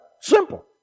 Simple